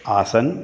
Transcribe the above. आसन्